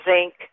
zinc